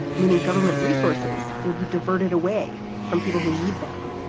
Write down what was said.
meaning government resources will be diverted away from people who need them.